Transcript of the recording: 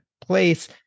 place